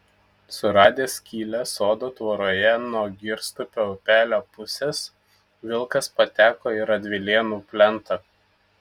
suradęs skylę sodo tvoroje nuo girstupio upelio pusės vilkas pateko į radvilėnų plentą